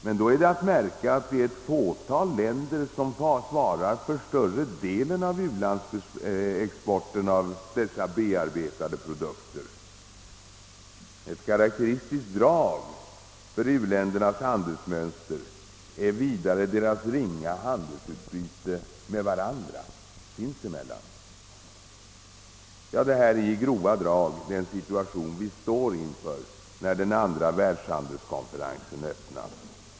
Men då är att märka att det är ett fåtal länder som svarar för större delen av u-landsexporten av dessa bearbetade produkter. Ett karakteristiskt drag för u-ländernas handelsmönster är vidare deras ringa handelsutbyte med varandra. Detta är i grova drag den situation vi står inför när den andra världshandelskonferensen öppnas.